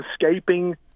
escaping